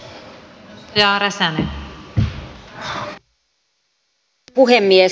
arvoisa rouva puhemies